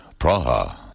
Praha